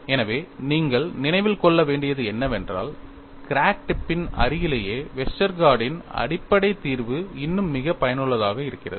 எனவே நீங்கள் நினைவில் கொள்ள வேண்டியது என்னவென்றால் கிராக் டிப்பின் அருகிலேயே வெஸ்டர்கார்டின் Westergaard's அடிப்படை தீர்வு இன்னும் மிகவும் பயனுள்ளதாக இருக்கிறது